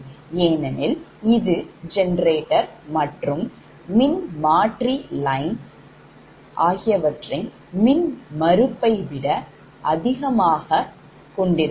ஏனெனில் இது generator மற்றும் transformer மின்மாற்றிலைன் மின்மறுப்பை விட அதிகமாக இருக்கும்